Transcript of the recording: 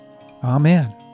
Amen